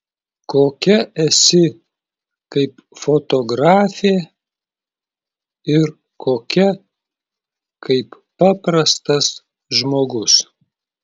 kokia esi kaip fotografė ir kokia kaip paprastas žmogus